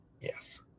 Yes